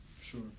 Sure